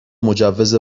مجوز